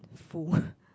full